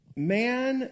Man